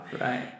Right